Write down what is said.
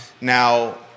Now